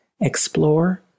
explore